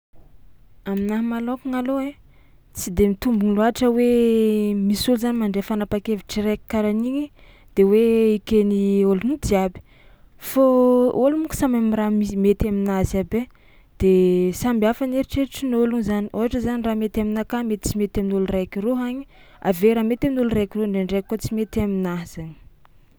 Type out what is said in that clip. Aminahy manôkagna alôha ai tsy de mitombogno loatra hoe misy ôlo zany mandray fanapahan-kevitry raiky karaha an'igny de hoe eken'ny ôlogno jiaby fô ologno môko samy managna raha mis- mety aminazy aby ai de samby hafa ny eritreritrin'ôlogno zany, ôhatra zany raha mety aminakahy mety tsy mety amin'olo raiky ro hagny avy eo raha mety amin'olo raiky ro ndraindray koa tsy mety aminahy zany.